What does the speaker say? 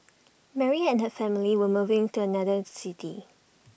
Mary and her family were moving to another city